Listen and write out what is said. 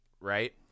right